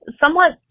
Somewhat